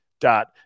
dot